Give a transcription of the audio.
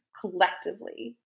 collectively